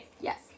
Yes